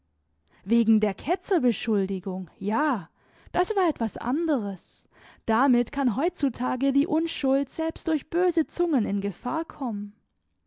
wegen der ketzerbeschuldigung ja das war etwas anderes damit kann heutzutage die unschuld selbst durch böse zungen in gefahr kommen